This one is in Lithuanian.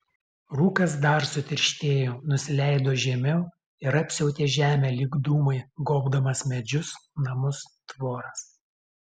rūkas dar sutirštėjo nusileido žemiau ir apsiautė žemę lyg dūmai gobdamas medžius namus tvoras